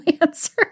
answer